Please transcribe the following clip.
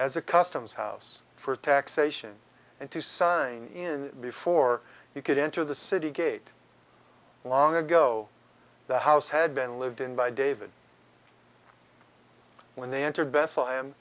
as a customs house for taxation and to sign in before you could enter the city gate long ago the house had been lived in by david when they entered bethlehem